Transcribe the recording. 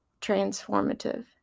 transformative